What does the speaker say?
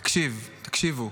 תקשיב, תקשיבו,